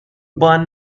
burn